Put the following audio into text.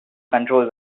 control